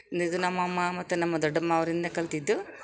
ಇದು ನಮ್ಮಅಮ್ಮ ಮತ್ತು ನಮ್ಮ ದೊಡ್ಡಮ್ಮ ಅವರಿಂದ ಕಲ್ತಿದ್ದು